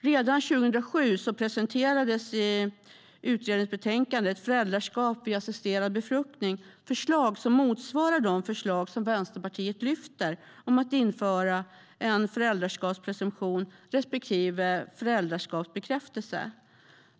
Redan 2007 presenterades i utredningsbetänkandet Föräldraskap vid assisterad befruktning förslag som motsvarar de förslag som Vänsterpartiet lyfter fram om att införa föräldraskapspresumtion respektive föräldraskapsbekräftelse.